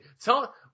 Tell